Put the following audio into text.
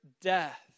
death